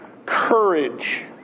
Courage